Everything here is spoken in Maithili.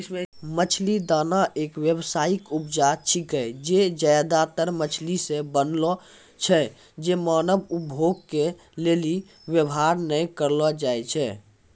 मछली दाना एक व्यावसायिक उपजा छिकै जे ज्यादातर मछली से बनलो छै जे मानव उपभोग के लेली वेवहार नै करलो जाय छै